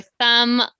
thumb